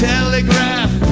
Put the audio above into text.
Telegraph